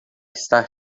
estar